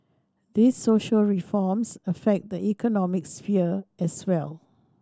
these social reforms affect the economic sphere as well